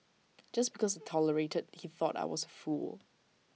just because I tolerated he thought I was A fool